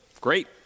Great